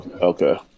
Okay